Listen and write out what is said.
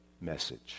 message